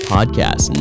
Podcast